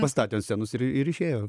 pastatė ant scenos ir ir išėjo